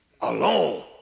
alone